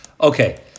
Okay